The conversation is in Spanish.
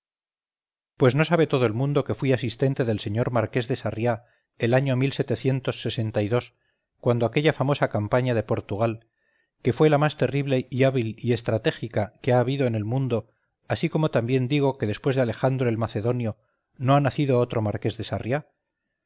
pues no sabe todo el mundo que fui asistente del señor marqués de sarriá el año cuando aquella famosa campaña de portugal que fue la más terrible y hábil y estratégica que ha habido en el mundo así como también digo que después de alejandro el macedonio no ha nacido otro marqués